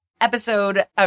episode